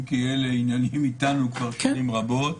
אם כי העניינים האלה איתנו כבר שנים רבות,